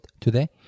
today